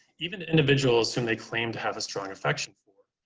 even individuals whom they claim to have a strong affection for.